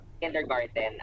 kindergarten